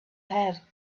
had